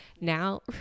now